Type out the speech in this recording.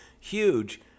huge